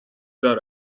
دار